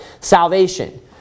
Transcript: salvation